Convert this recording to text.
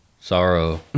sorrow